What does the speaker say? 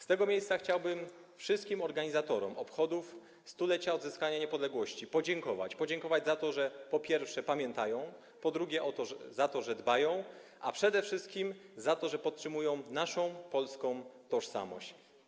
Z tego miejsca chciałbym wszystkim organizatorom obchodów 100-lecia odzyskania niepodległości podziękować - podziękować, po pierwsze, za to, że pamiętają, po drugie, za to, że dbają, a przede wszystkim za to, że podtrzymują naszą, polską tożsamość.